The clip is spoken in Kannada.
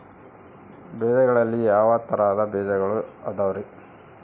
ಬೇಜಗಳಲ್ಲಿ ಯಾವ ತರಹದ ಬೇಜಗಳು ಅದವರಿ?